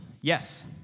Yes